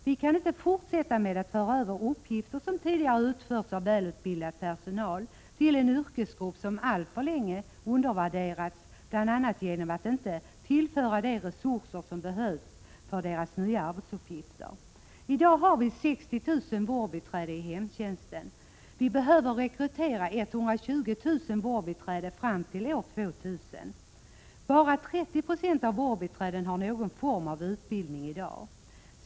Vi kan inte fortsätta med att föra över uppgifter som tidigare har utförts av välutbildad personal till en yrkesgrupp som alltför länge har undervärderats, bl.a. genom att man inte tillfört de resurser som behövs för deras nya arbetsuppgifter. I dag har vi 60 000 vårdbiträden i hemtjänsten. Vi behöver rekrytera 120 000 vårdbiträden fram till år 2000. Bara 30 96 av vårdbiträdena har i dag någon form av utbildning.